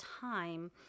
time